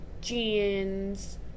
jeans